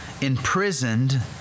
imprisoned